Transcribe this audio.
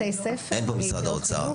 אין פה משרד האוצר.